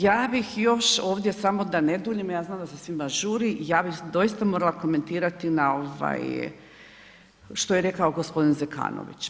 Ja bih još ovdje samo da ne duljim, ja znam da se svima žuri, ja bih doista morala komentirati na ovaj što je rekao gospodin Zekanović.